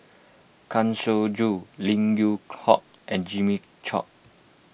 Kang Siong Joo Lim Yew Hock and Jimmy Chok